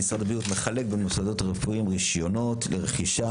משרד הבריאות מחלק למוסדות הרפואיים רישיונות לרכישה